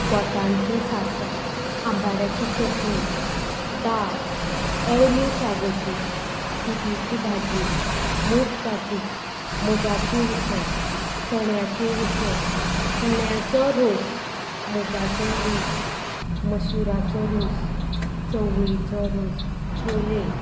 गोठांचें सासां आंबाड्याची चटणी दाळ अळमी शागोती दुदीची भाजी मुग काटी मुगाची उसळ चण्याची उसळ चण्याचो रोस मुगाचो रोस मसुराचो रोस चवळीचो रोस छोले